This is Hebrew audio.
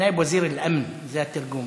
נאאב וזיר אל-דיפע, נאאב וזיר אל-אמן, זה התרגום.